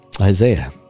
Isaiah